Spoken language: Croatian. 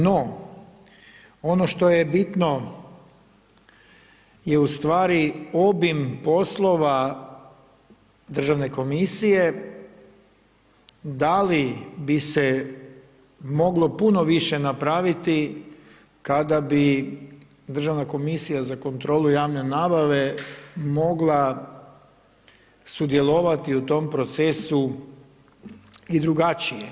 No, ono što je bitno je ustvari obim poslova Državne komisije da li bi se moglo puno više napraviti kad bi Državna komisija za kontrolu javne nabave mogla sudjelovati u tom procesu i drugačije.